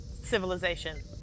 Civilization